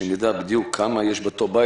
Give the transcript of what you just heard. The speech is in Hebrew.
שנדע כמה יש בדיוק באותו בית?